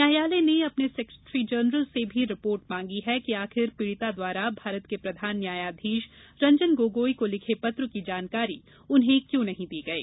न्यायालय ने अपने सेक्रेटरी जनरल से भी रिपोर्ट मांगी है कि आखिर पीड़िता द्वारा भारत के प्रधान न्यायाधीश रंजन गोगोई को लिखे पत्र की जानकारी उन्हें क्यों नहीं दी गई